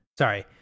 Sorry